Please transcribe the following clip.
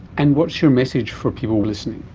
and what's your message for people listening?